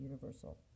Universal